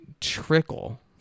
trickle